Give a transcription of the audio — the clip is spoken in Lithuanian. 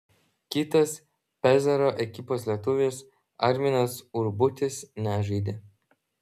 kitas pezaro ekipos lietuvis arminas urbutis nežaidė